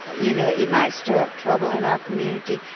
ah you know, it might stop trouble in our community.